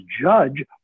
judge